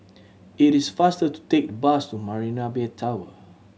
it is faster to take the bus to Marina Bay Tower